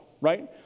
right